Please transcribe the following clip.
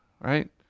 right